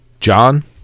John